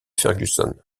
ferguson